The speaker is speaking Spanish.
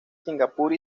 singapur